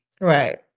Right